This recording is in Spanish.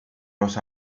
los